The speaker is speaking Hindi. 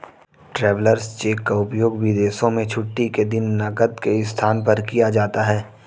ट्रैवेलर्स चेक का उपयोग विदेशों में छुट्टी के दिन नकद के स्थान पर किया जाता है